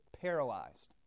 paralyzed